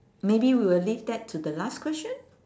maybe we will leave that to the last question